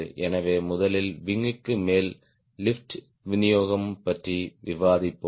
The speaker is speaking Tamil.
எனவே முதலில் விங் க்கு மேல் லிப்ட் விநியோகம் பற்றி விவாதிப்போம்